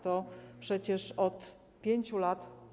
To przecież od 5 lat.